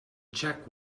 check